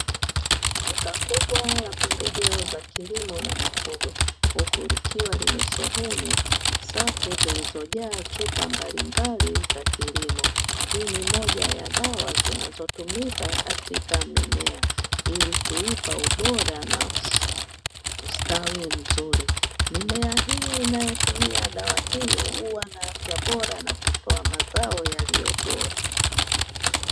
Duka kubwa la pembejeo za kilimo na mifugo, huku likiwa limesheheni safu zilizojaa chupa mbalimbali za kilimo, hii ni moja ya dawa zinazotumika katika mimea ili kuipa ubora na ustawi mzuri. Mimea hii inayotumia dawa hii huwa na afya bora na kutoa mazao yaliyo bora.